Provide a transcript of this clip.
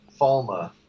Falma